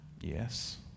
Yes